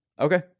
Okay